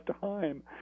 time